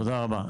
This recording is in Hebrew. תודה רבה.